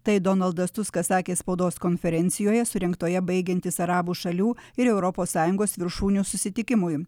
tai donaldas tuskas sakė spaudos konferencijoje surengtoje baigiantis arabų šalių ir europos sąjungos viršūnių susitikimui